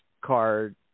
card